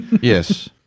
Yes